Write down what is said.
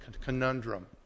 conundrum